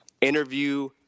interview